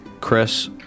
Chris